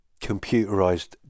computerized